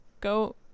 go